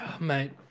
Mate